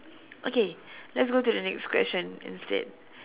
okay let's go to the next question instead